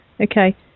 Okay